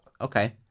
Okay